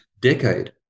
decade